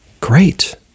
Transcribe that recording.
Great